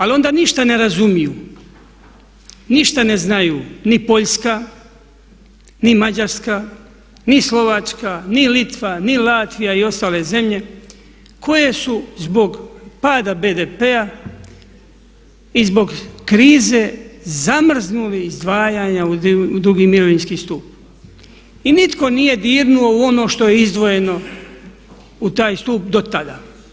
Ali onda ništa ne razumiju, ništa ne znaju ni Poljska, ni Mađarska, ni Slovačka, ni Litva, ni Latvija i ostale zemlje koje su zbog pada BDP-a i zbog krize zamrznuli izdvajanja u drugi mirovinski stup i nitko nije dirnuo u ono što je izdvojeno u taj stup do tada.